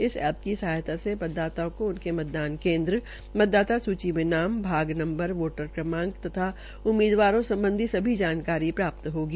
इस ऐप की सहायता से मतदाताओं को उनके मतदान केन्द्र मतदाता सूची में नाम भाग नम्बर वोटर क्रमांक तथा उम्मीदवारों संबंधी सभी जानकारी प्राप्त होगी